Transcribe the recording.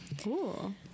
Cool